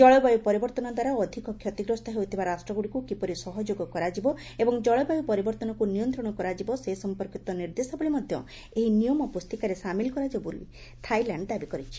ଜଳବାୟୁ ପରିବର୍ତ୍ତନ ଦ୍ୱାରା ଅଧିକ କ୍ଷତିଗ୍ରସ୍ତ ହେଉଥିବା ରାଷ୍ଟ୍ରଗ୍ରଡ଼ିକ୍ କିପରି ସହଯୋଗ କରାଯିବ ଏବଂ ଜଳବାୟ ପରିବର୍ତ୍ତନକ୍ ନିୟନ୍ତ୍ରଣ କରାଯିବ ସେ ସମ୍ପର୍କୀତ ନିର୍ଦ୍ଦେଶାବଳୀ ମଧ୍ୟ ଏହି ନିୟମ ପୁଞ୍ଚିକାରେ ସାମିଲ କରାଯାଉ ବୋଲି ଥାଇଲାଣ୍ଡ ଦାବି ଉପସ୍ଥାପନ କରିଛି